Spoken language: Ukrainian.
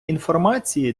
інформації